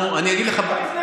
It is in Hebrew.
אני אגיד לך, לפני שבוע.